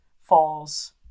falls